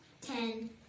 Ten